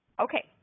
Okay